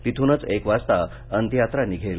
तिथूनच एक वाजता अंत्ययात्रा निघेल